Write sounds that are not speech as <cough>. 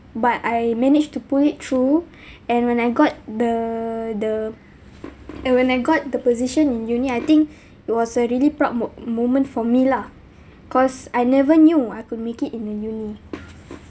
but I managed to pull it through <breath> and when I got the the and when I got the position in uni I think <breath> it was a really proud mo~ moment for me lah cause I never knew I could make it in the uni